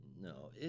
No